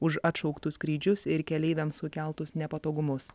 už atšauktus skrydžius ir keleiviams sukeltus nepatogumus